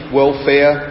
welfare